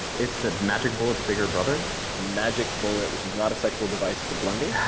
it's the magic bullet's bigger brother. the magic bullet, which is not a sexual device. it's a blender.